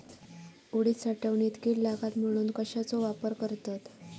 उडीद साठवणीत कीड लागात म्हणून कश्याचो वापर करतत?